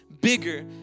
bigger